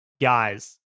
guys